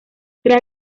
tras